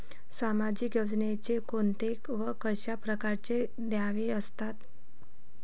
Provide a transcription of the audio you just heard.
सामाजिक योजनेचे कोंते व कशा परकारचे दावे असतात?